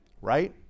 right